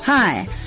Hi